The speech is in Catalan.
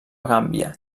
gàmbia